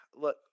look